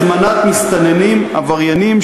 הזמנת מסתננים עבריינים,